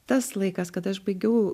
tas laikas kada aš baigiau